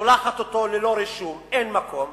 שולחת אותו ללא רישום, אין מקום,